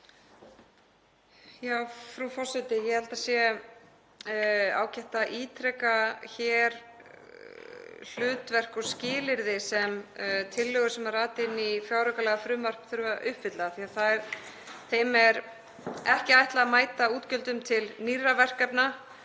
Frú forseti. Ég held að það sé ágætt að ítreka hér hlutverk og skilyrði sem tillögur sem rata inn í fjáraukalagafrumvarp þurfa að uppfylla. Þeim er ekki ætlað að mæta útgjöldum til nýrra verkefna,